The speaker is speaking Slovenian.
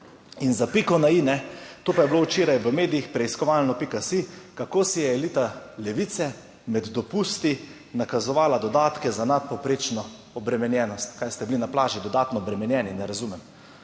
In za piko na i, to pa je bilo včeraj v medijih preiskovalno. Pika si. Kako si je elita Levice med dopusti nakazovala dodatke za nadpovprečno obremenjenost. Kaj ste bili na plaži dodatno obremenjeni? Ne razumem.